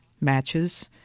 matches